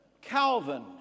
Calvin